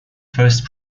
first